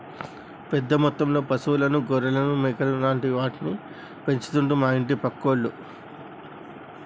పెద్ద మొత్తంలో పశువులను గొర్రెలను మేకలు లాంటి వాటిని పెంచుతండు మా ఇంటి పక్కోళ్లు